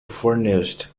furnished